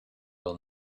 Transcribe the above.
will